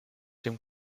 dem